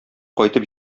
кайтып